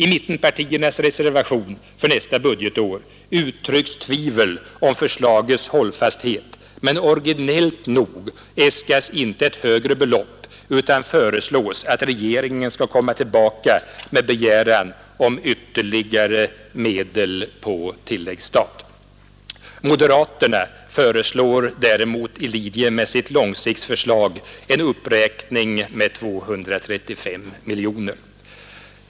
I mittenpartiernas reservation för nästa budgetår uttrycks tvivel om förslagets hållfasthet, men originellt äskas inte ett högre belopp utan föreslås att regeringen skall komma tillbaka med begäran om ytterligare medel på tilläggsstat. Moderaterna föreslår däremot i linje med sitt långsiktsförslag en uppräkning med 235 miljoner.